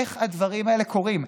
איך הדברים האלה קורים?